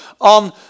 on